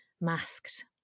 masked